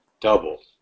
double